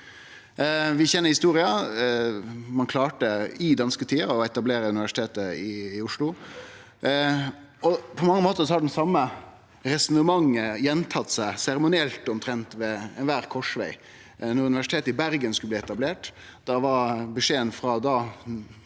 Vi kjenner historia. Ein klarte i dansketida å etablere Universitetet i Oslo. På mange måtar har det same resonnementet gjentatt seg, omtrent seremonielt, ved kvar korsveg. Da Universitetet i Bergen skulle bli etablert,